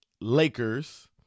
Lakers